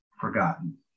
forgotten